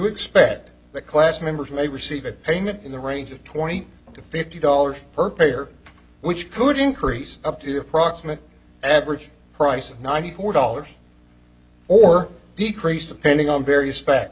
expect that class members may receive a payment in the range of twenty to fifty dollars per player which could increase up to the approximate average price of ninety four dollars or decrease depending on various fac